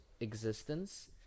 existence